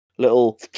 Little